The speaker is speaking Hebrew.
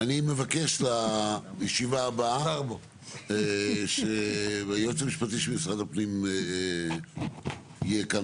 אני מבקש לישיבה הבאה שהיועץ המשפטי של משרד הפנים יהיה כאן